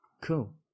Cool